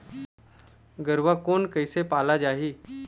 गरवा कोन कइसे पाला जाही?